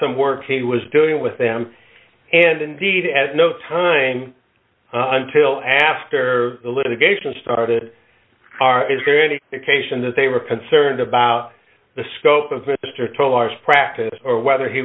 some work he was doing with them and indeed has no time until after the litigation started is there any case in that they were concerned about the scope of sr tollers practice or whether he